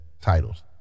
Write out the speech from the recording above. titles